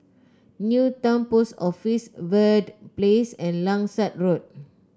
Newton Post Office Verde Place and Langsat Road